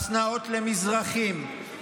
השנאות למזרחים,